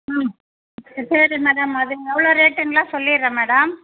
ம் சரி மேடம் அது எவ்வளோ ரேட்டுன்னுலாம் சொல்லிடுறேன் மேடம்